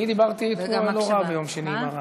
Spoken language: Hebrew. אני דיברתי לא רע ביום שני עם הרעש.